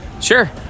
Sure